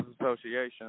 Association